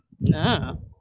No